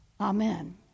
Amen